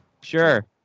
Sure